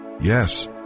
Yes